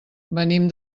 venim